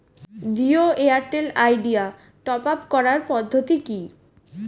Jio Airtel Idea top up করার পদ্ধতি কি?